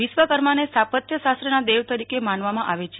વિશ્વકર્માને સ્થાપત્ય શાસ્ત્રના દેવ તરીકે માનવામાં આવે છ